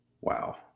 Wow